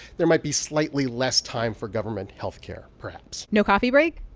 there might be slightly less time for government health care, perhaps no coffee break?